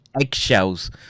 eggshells